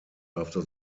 after